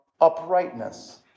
uprightness